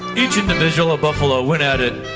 each individual ah buffalo went at it